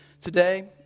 today